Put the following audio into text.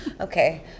Okay